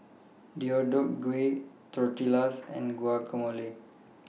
Deodeok Gui Tortillas and Guacamole